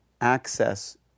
access